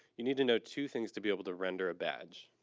you need to know two things to be able to render a badge.